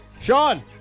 Sean